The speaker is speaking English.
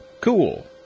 cool